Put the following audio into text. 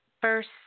First